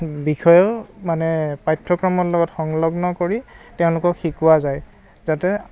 বিষয়েও মানে পাঠ্যক্ৰমৰ লগত সংলগ্ন কৰি তেওঁলোকক শিকোৱা যায় যাতে